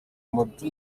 muto